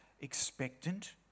expectant